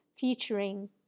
featuring